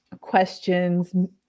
questions